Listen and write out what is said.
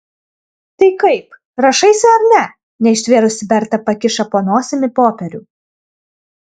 tai kaip rašaisi ar ne neištvėrusi berta pakiša po nosimi popierių